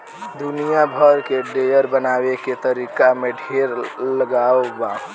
दुनिया भर के डेयरी बनावे के तरीका में ढेर अलगाव बा